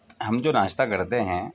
ہم جو ناشتہ کرتے ہیں